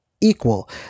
equal